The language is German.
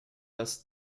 das